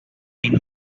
been